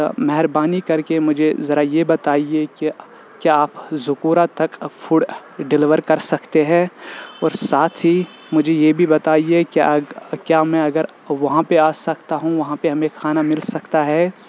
مہربانی کر کے مجھے ذرا یہ بتائیے کہ کیا آپ ذکورہ تک فوڈ دیلیور کر سکتے ہے اور ساتھ ہی مجھے یہ بھی بتائیے کیا کیا میں اگر وہاں پہ آ سکتا ہوں وہاں پہ ہمیں کھانا مل سکتا ہے